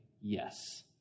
yes